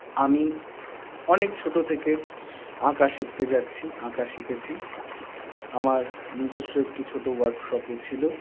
আমি অনেক ছোটো থেকে আঁকা শিখতে যাচ্ছি আঁকা শিখেছি আমার নিজস্ব একটি ছোটো ওয়ার্কশপও ছিল